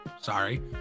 sorry